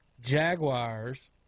Jaguars